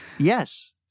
Yes